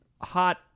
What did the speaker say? hot